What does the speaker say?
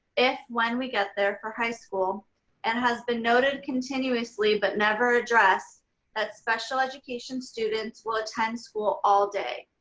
if when we get there for high school and has been noted continuously, but never addressed that special education students will attend school all day.